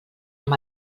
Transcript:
amb